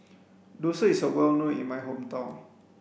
dosa is well known in my hometown